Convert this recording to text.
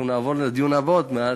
אנחנו נעבור לדיון הבא עוד מעט,